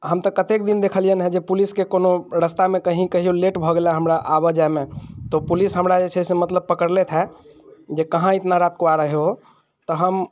हम तऽ कतेक दिन देखलियै हँ जे पुलिसके कोनो रास्तामे कहीँ कहीँ कहिओ लेट भऽ गेल हमरा आबऽ जायमे तऽ पुलिस हमरा जे छै से मतलब पकड़लथि हँ जे कहाँ इतना रात को आ रहे हो तऽ हम